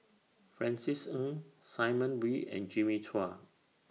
Francis Ng Simon Wee and Jimmy Chua